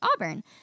Auburn